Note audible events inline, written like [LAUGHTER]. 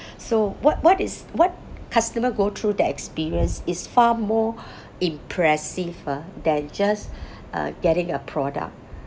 [BREATH] so what what is what customer go through the experience is far more [BREATH] impressive ah than just [BREATH] uh getting a product